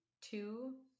two